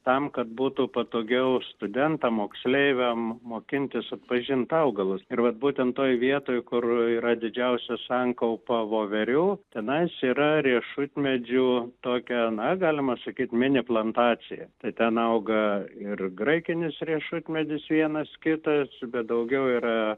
tam kad būtų patogiau studentam moksleiviam mokintis atpažint augalus ir vat būtent toj vietoj kur yra didžiausia sankaupa voverių tenais yra riešutmedžių tokia na galima sakyt mini plantacija tai ten auga ir graikinis riešutmedis vienas kitas bet daugiau yra